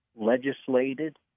legislated